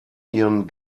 ihren